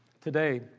Today